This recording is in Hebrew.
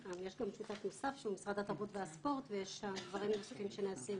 יש גם שותף נוסף שהוא משרד התרבות והספורט ויש דברים נוספים שנעשים